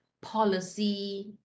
policy